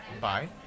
bye